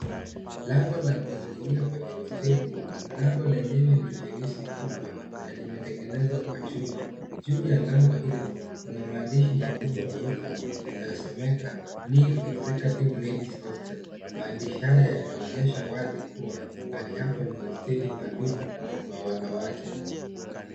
Lango la kuingilia kwenye hosteli. Lango lenyewe ni jeusi kubwa na limetengenezwa kwa chuma. Juu ya lango hilo kuna maandishi makubwa meupe yanayosomeka New Executive Ladies Hostels . Maandishi haya yanaonyesha wazi kuwa mahali hapa ni hosteli maalum kwa wanawake.